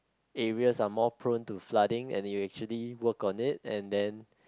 areas are more prone to flooding and you actually work on it and then